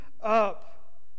up